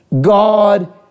God